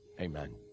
Amen